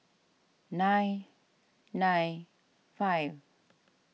nine nine five